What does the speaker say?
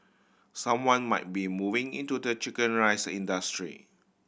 someone might be moving into the chicken rice industry